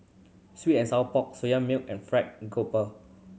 sweet and sour pork Soya Milk and Fried Garoupa